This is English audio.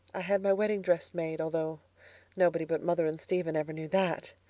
i had my wedding dress made, although nobody but mother and stephen ever knew that.